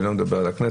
אני לא מדבר על הכנסת,